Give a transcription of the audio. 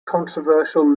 controversial